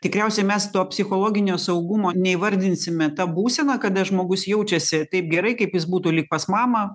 tikriausiai mes to psichologinio saugumo neįvardinsime ta būsena kada žmogus jaučiasi taip gerai kaip jis būtų lyg pas mamą